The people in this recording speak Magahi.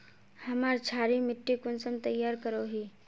हमार क्षारी मिट्टी कुंसम तैयार करोही?